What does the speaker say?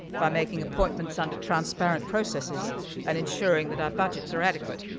by making appointments under transparent processes and ensuring that our budgets are adequate,